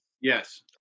yes